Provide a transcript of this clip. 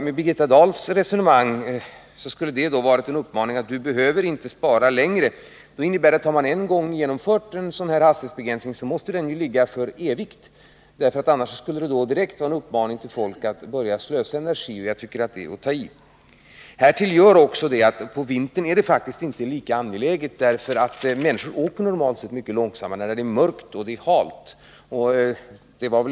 Med Birgitta Dahls resonemang skulle det ha varit en uppmaning till folk att inte spara längre. Det innebär att har man en gång infört en hastighetsbegränsning, så måste den ligga för evigt, för annars skulle det vara en direkt uppmaning till folk att börja slösa med energi. Jag tycker att det är att ta i. Härtill kommer att på vintern är det faktiskt inte lika angeläget med en hastighetsbegränsning, eftersom människor normalt åker mycket långsammare när det är mörkt och halt.